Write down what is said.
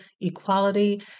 equality